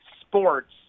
sports